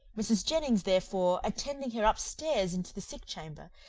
mrs. jennings therefore attending her up stairs into the sick chamber,